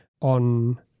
on